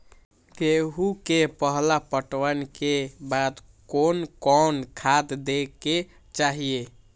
गेहूं के पहला पटवन के बाद कोन कौन खाद दे के चाहिए?